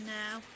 now